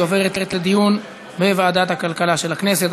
והיא עוברת לדיון בוועדת הכלכלה של הכנסת.